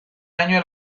año